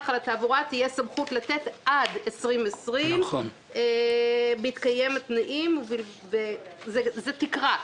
על התעבורה תהיה סמכות לתת עד 2020 בהתקיים התנאים וזו תקרה.